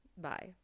bye